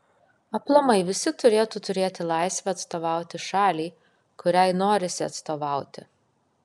aplamai visi turėtų turėti laisvę atstovauti šaliai kuriai norisi atstovauti